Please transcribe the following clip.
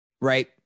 right